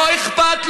לא אכפת לו,